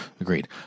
Agreed